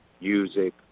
music